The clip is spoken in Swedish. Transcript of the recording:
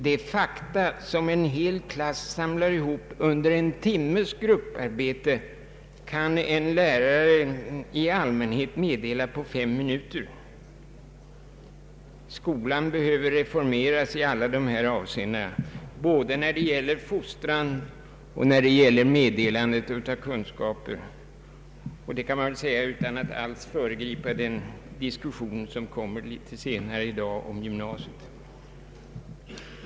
De fakta som en hel klass samlar ihop under en timmes grupparbete kan en lärare i allmänhet meddela på fem minuter.” Skolan behöver reformeras i alla dessa avseenden, både när det gäller fostran och meddelandet av kunskaper. Jag kan väl, herr talman, nämna detta nu utan att därmed föregripa den diskussion om gymnasiet som följer senare i dag.